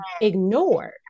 ignored